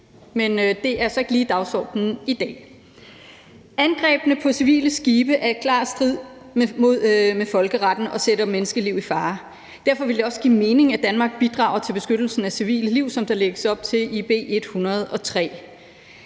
men det er så ikke lige dagsordenen i dag. Angrebene på civile skibe er klart i strid med folkeretten og bringer menneskeliv i fare. Derfor vil det også give mening, at Danmark bidrager til beskyttelsen af civile liv, som der lægges op til i B 103.